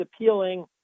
appealing